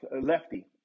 lefty